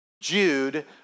Jude